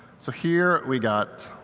so here we got